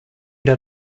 der